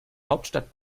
hauptstadt